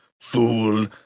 fool